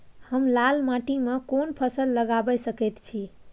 हम लाल माटी में कोन फसल लगाबै सकेत छी?